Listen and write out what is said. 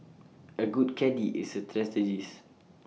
A good caddie is A strategist